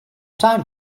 time